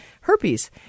herpes